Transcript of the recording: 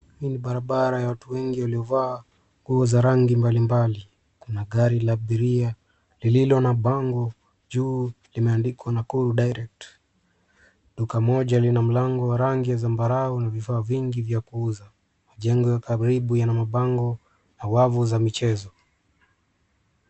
Hii ni barabara ya watu wengi waliovaa nguo za rangi mbalimbali. Kuna gari la abiria lililo na bango .Juu limeandikwa Nakuru direct .Duka moja lina mlango wa rangi zambarau na vifaa vingi vya kuuza .Majengo ya karibu yana mabango na wavu za michezo.